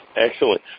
Excellent